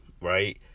Right